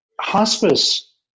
Hospice